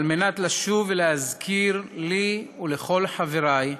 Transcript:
על מנת לשוב ולהזכיר לי ולכל חבריי,